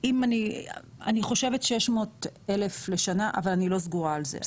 אני חושבת 600 אלף לשנה, אבל אני לא סגורה על זה.